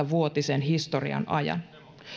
vuotisen historian ajan